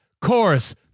chorus